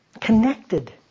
connected